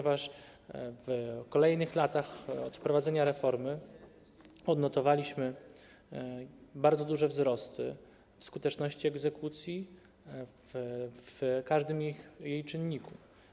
W kolejnych latach od wprowadzenia reformy odnotowaliśmy bardzo duże wzrosty skuteczności egzekucji, jeśli chodzi o każdy jej czynnik.